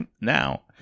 now